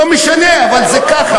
לא משנה, אבל זה ככה.